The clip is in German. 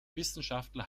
wissenschaftler